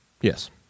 Yes